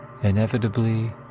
Inevitably